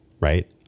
right